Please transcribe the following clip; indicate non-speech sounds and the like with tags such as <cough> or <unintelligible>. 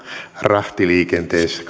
rahtiliikenteessä <unintelligible>